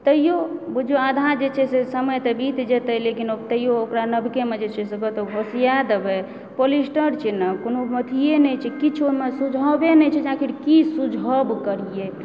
तैयो बुझू आधा जे छै से समय तऽ बीत जेतै लेकिन तैयो ओकरा नबकेमे जे छै से कतहुँ भसिया देबै पोलिस्टर छै ने कोनो अथीये नहि छै किछु ओहिमे सुझावे नहि छै आखिर की सुझाव करियै